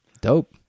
dope